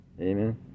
Amen